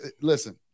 Listen